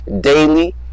daily